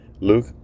Luke